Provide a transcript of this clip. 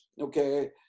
okay